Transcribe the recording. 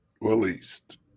released